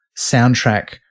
soundtrack